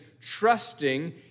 trusting